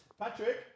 Patrick